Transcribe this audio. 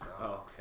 Okay